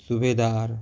सुभेदार